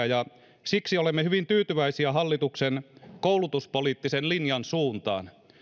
ja siksi olemme hyvin tyytyväisiä hallituksen koulutuspoliittisen linjan suuntaan